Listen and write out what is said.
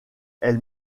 elle